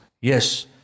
Yes